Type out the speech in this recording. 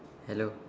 hello